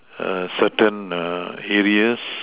a certain areas